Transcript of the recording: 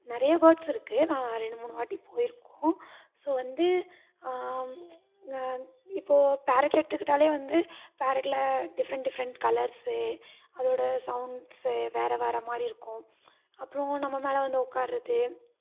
நிறைய பேர்ட்ஸ் இருக்கும் நான் ரெண்டு மூணு வாட்டி போயிருக்கோம் ஸோ வந்து ஆம் இப்போது பேரட் எடுத்துக்கிட்டாலே வந்து பேரட்ல டிஃப்ரெண்ட் டிஃப்ரெண்ட் கலர்ஸ்ஸு அதோடு சவுண்ட்ஸ்ஸு வேறு வேறு மாதிரி இருக்கும் அப்புறோம் நம்ம மேலே வந்து உக்காறது